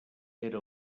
era